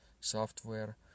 software